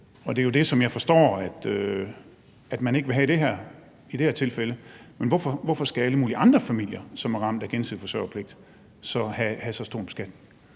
det er jo det, som jeg forstår at man ikke vil have i det her tilfælde. Men hvorfor skal alle mulige andre familier, som er ramt af gensidig forsørgerpligt, så have så stor en